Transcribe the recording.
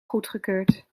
goedgekeurd